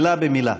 מילה במילה.